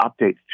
updates